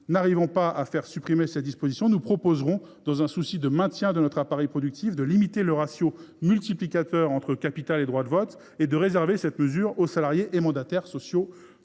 n’arrivons pas à faire supprimer cette disposition, nous proposerons, dans un souci de maintien de notre appareil productif, de limiter le ratio multiplicateur entre capital et droit de vote et de réserver ces actions aux salariés et aux mandataires sociaux